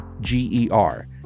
G-E-R